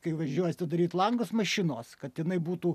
kai važiuoji atidaryt langus mašinos kad jinai būtų